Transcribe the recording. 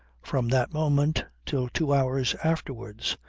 from that moment till two hours afterwards,